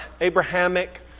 Abrahamic